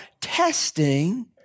testing